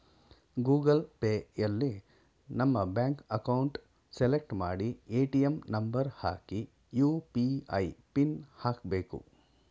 Google ಪೇಯಲ್ಲಿ ನಮ್ಮ bank account select ಮಾಡಿ ಎ.ಟಿ.ಎಂ ನಂಬರ್ ಹಾಕಿ ಯು.ಪಿ.ಐ ಪಿನ್ ಹಾಕ್ಬೇಕು